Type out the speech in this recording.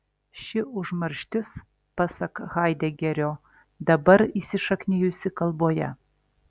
ši užmarštis pasak haidegerio dabar įsišaknijusi kalboje